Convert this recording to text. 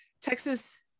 texas